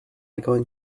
going